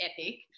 epic